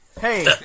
Hey